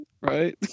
right